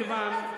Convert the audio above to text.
מכיוון,